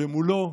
למולו,